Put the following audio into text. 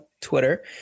Twitter